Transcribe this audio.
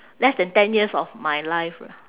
less than ten years of my life ah